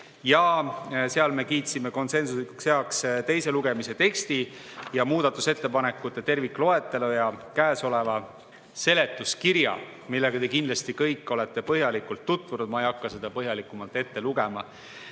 ja seal me kiitsime konsensuslikult heaks teise lugemise teksti, muudatusettepanekute tervikloetelu ja seletuskirja, millega te kindlasti kõik olete põhjalikult tutvunud. Ma ei hakka seda põhjalikumalt ette lugema.